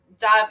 dive